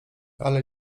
ale